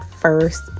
first